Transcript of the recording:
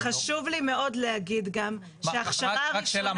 חשוב לי מאוד להגיד גם --- רק שאלה.